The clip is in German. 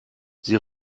sie